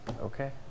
Okay